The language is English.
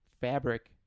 fabric